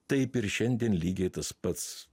taip ir šiandien lygiai tas pats